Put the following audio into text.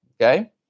okay